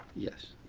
yes.